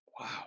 Wow